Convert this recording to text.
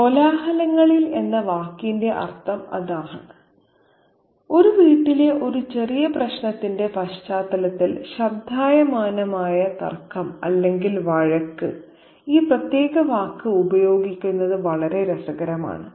കോലാഹലങ്ങൾ എന്ന വാക്കിന്റെ അർത്ഥം അതാണ് ഒരു വീട്ടിലെ ഒരു ചെറിയ പ്രശ്നത്തിന്റെ പശ്ചാത്തലത്തിൽ ശബ്ദായമാനമായ തർക്കം അല്ലെങ്കിൽ വഴക്ക് ഈ പ്രത്യേക വാക്ക് ഉപയോഗിക്കുന്നത് വളരെ രസകരമാണ്